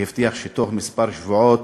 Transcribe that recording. והבטיח שתוך כמה שבועות